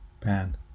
pan